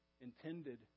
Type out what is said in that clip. intended